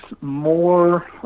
more